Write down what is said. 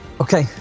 Okay